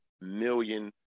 million